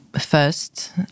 first